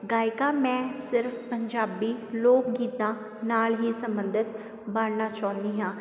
ਗਾਇਕਾ ਮੈਂ ਸਿਰਫ ਪੰਜਾਬੀ ਲੋਕ ਗੀਤਾਂ ਨਾਲ ਹੀ ਸੰਬੰਧਿਤ ਬਣਨਾ ਚਾਹੁੰਦੀ ਹਾਂ